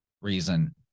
reason